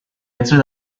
answer